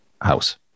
house